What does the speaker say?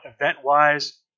event-wise